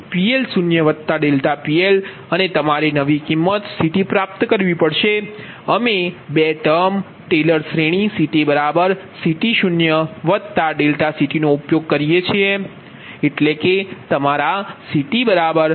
તેથી PL PL0 ∆PL અને તમારે નવી કિંમત CTપ્રાપ્ત કરવી પડશે અમે બે ટર્મ ટેલર શ્રેણી CTCT0 ∆CTનો ઉપયોગ કરીએ છીએ